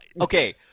Okay